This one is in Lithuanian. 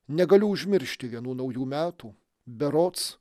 negaliu užmiršti vienų naujų metų berods